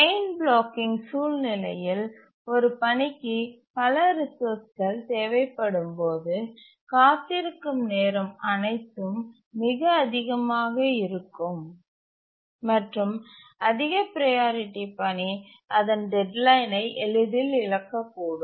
chain blocking சூழ்நிலையில் ஒரு பணிக்கு பல ரிசோர்ஸ்கள் தேவைப்படும்போது காத்திருக்கும் நேரம் அனைத்தும் மிக அதிகமாக இருக்கும் மற்றும் அதிக ப்ரையாரிட்டி பணி அதன் டெட்லைனை எளிதில் இழக்கக்கூடும்